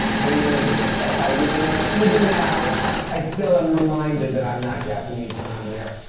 i mean no disrespect by using it. even now i still am reminded that i'm not japanese when i'm there.